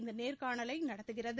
இந்த நேர்காணலை நடத்துகிறது